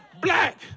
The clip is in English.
black